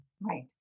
Right